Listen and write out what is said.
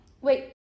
Wait